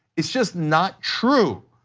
it's just not true.